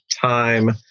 time